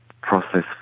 process